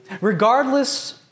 Regardless